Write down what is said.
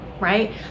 right